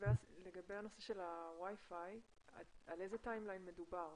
לגבי הנושא של ה-wi-fi, על איזה לוח זמנים מדובר?